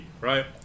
right